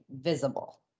visible